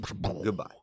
Goodbye